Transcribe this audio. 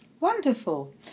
Wonderful